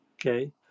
okay